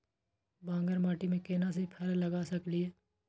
बांगर माटी में केना सी फल लगा सकलिए?